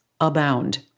abound